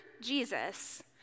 Jesus